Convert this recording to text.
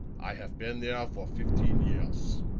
i haf been there for fifteen years.